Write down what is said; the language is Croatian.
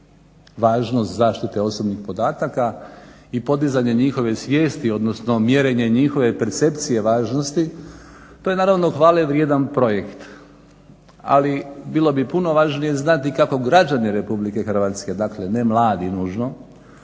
važnost zaštite osobnih podataka i podizanje njihove svijesti, odnosno mjerenje njihove percepcije važnosti to je naravno hvalevrijedan projekt, ali bilo bi puno važnije znati kako građani RH, dakle ne mladi nužno,